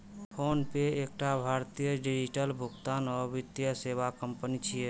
PhonePe एकटा भारतीय digital भुगतान आ वित्तीय सेवा कंपनी छियै